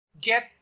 get